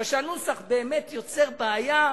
כי הנוסח יוצר באמת בעיה,